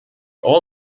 all